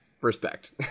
Respect